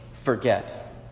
Forget